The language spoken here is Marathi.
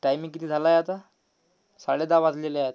टाईमिंग किती झाला आहे आता साडेदहा वाजलेले आहेत